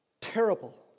Terrible